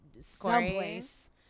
someplace